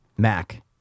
Mac